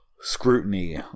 scrutiny